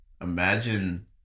Imagine